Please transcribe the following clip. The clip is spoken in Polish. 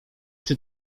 czy